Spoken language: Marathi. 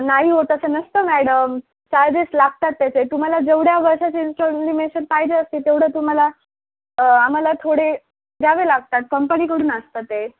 नाही हो तसं नसतं मॅडम चार्जेस लागतात त्याचे तुम्हाला जेवढ्या वर्षाचं इंस्टॉलिमेशन पाहिजे असते तेवढं तुम्हाला आम्हाला थोडे द्यावे लागतात कंपनीकडून असतं ते